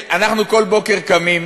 אנחנו כל בוקר קמים